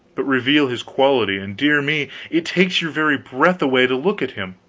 but reveal his quality, and dear me it takes your very breath away to look at him.